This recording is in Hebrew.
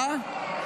אה?